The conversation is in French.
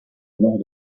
mort